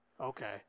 Okay